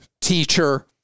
teacher